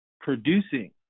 producing